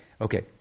okay